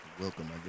Welcome